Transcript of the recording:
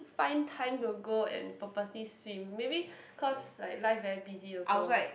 find time to go and purposely swim maybe cause like life very busy also